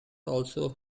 also